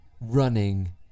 running